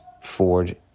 Ford